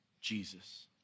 Jesus